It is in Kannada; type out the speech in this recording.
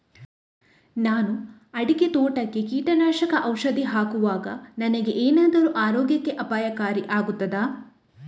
ನಾನು ಅಡಿಕೆ ತೋಟಕ್ಕೆ ಕೀಟನಾಶಕ ಔಷಧಿ ಹಾಕುವಾಗ ನನಗೆ ಏನಾದರೂ ಆರೋಗ್ಯಕ್ಕೆ ಅಪಾಯಕಾರಿ ಆಗುತ್ತದಾ?